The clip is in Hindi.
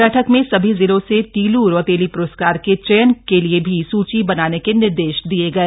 बैठक में सभी जिलों से तीलू रौतेली प्रस्कार के चयन के लिए भी सूची बनाने के निर्देश दिये गए